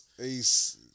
Ace